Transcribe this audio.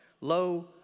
lo